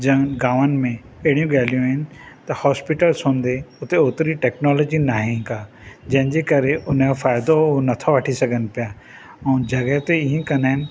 जाम गामनि में अहिड़ियूं ॻाल्हियूं आहिनि त हॉसपीटल्स हूंदे हुते ओतरी टेक्नोलॉजी न आहे का जंहिंजे करे उन जो फ़ाइदो उहो नथो वठी सघनि पिया ऐं जॻह ते हीअं कंदा आहिनि